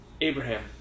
Abraham